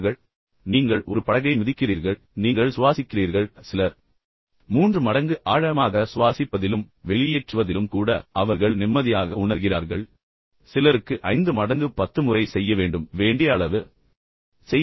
எனவே நீங்கள் ஒரு படகை மிதிக்கிறீர்கள் நீங்கள் வெறுமனே சுவாசிக்கிறீர்கள் மற்றும் வெளியேற்றுகிறீர்கள் சிலர் மூன்று மடங்கு ஆழமாக சுவாசிப்பதிலும் வெளியேற்றுவதிலும் கூட அவர்கள் நிம்மதியாக உணர்கிறார்கள் சிலருக்கு ஐந்து மடங்கு பத்து முறை செய்ய வேண்டும் வேண்டிய அளவு செய்யுங்கள் ஆழமாக சுவாசியுங்கள்